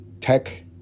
tech